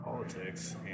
Politics